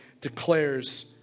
declares